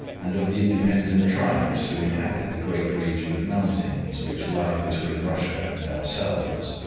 and of the independent tribes who inhabit the great region of mountains which lie between russia and ourselves.